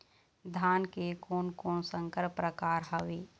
धान के कोन कोन संकर परकार हावे?